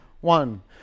one